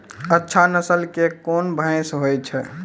अच्छा नस्ल के कोन भैंस होय छै?